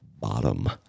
bottom